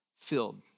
filled